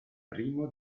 primo